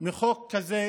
מחוק כזה,